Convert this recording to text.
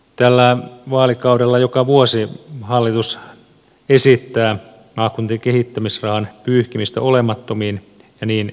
tällä vaalikaudella joka vuosi hallitus esittää maakuntien kehittämisrahan pyyhkimistä olemattomiin niin nytkin